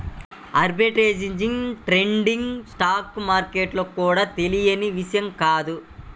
arbitrage trading stock మార్కెట్లలో కూడా తెలియని విషయం కాదు